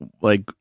like-